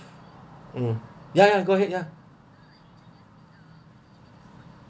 mm ya ya go ahead ya